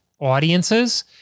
audiences